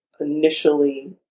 initially